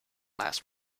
last